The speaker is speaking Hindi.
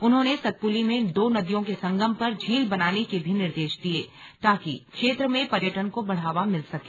उन्होंने सतपुली में दो नदियों के संगम पर झील बनाने के भी निर्देश दिये ताकि क्षेत्र में पर्यटन को बढ़ावा मिल सके